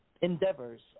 endeavors